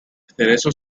cerezo